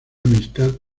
amistad